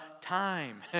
time